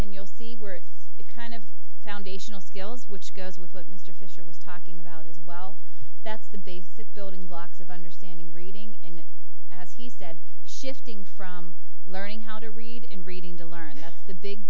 and you'll see where it's kind of foundational skills which goes with what mr fisher was talking about as well that's the basic building blocks of understanding reading as he said shifting from learning how to read in reading to learn that's the big